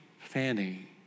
Fanny